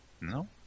No